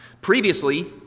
Previously